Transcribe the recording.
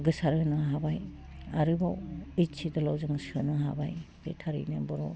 गोसार होनो हाबाय आरोबाव ओइद सिदुलाव जों सोनो हाबाय बे थारैनो बर'